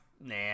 nah